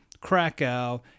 Krakow